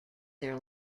their